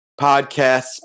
podcasts